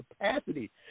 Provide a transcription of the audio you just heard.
capacity